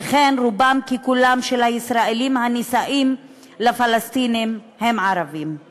שכן הישראלים הנישאים לפלסטינים הם רובם ככולם ערבים.